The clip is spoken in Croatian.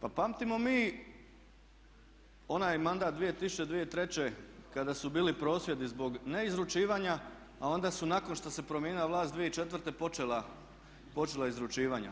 pa pamtimo mi onaj mandat 2000.-2003. kada su bili prosvjedi zbog neizručivanja, a onda su nakon što se promijenila vlast 2004. počela izručivanja.